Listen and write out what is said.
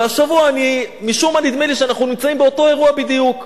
והשבוע משום מה נדמה לי שאנחנו נמצאים באותו אירוע בדיוק,